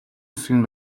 засгийн